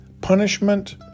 punishment